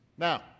Now